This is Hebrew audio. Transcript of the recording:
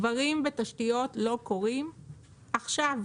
דברים ותשתיות לא קורים עכשיו,